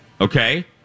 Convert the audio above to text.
Okay